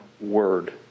word